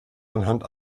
anhand